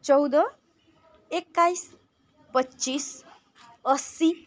चौध एक्काइस पच्चिस असी